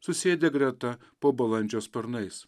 susėdę greta po balandžio sparnais